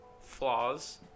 flaws